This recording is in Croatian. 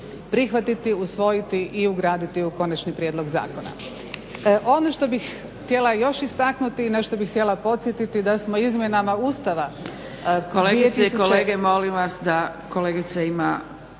prihvatiti, usvojiti i ugraditi u Konačni prijedlog zakona. Ono što bih htjela još istaknuti, na što bih htjela podsjetiti da smo izmjenama Ustava … …/Upadica Zgrebec: Kolegice i kolege, molim vas da kolegica ima